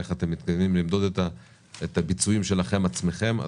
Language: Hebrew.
איך אתם מתכוונים למדוד את הביצועים שלכם עצמכם.